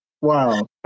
Wow